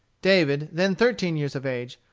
david, then thirteen years of age,